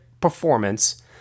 performance